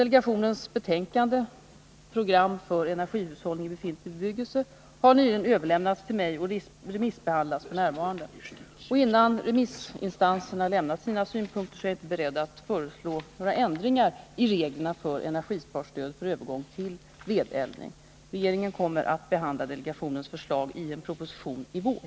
Delegationens betänkande Program för energihushållning i befintlig bebyggelse har nyligen överlämnats till mig och remissbehandlas f. n. Innan remissinstanserna lämnat sina synpunkter är jag inte beredd att föreslå några ändringar i reglerna för energisparstöd för övergång till vedeldning. Regeringen kommer att behandla delegationens förslag i en proposition i vår.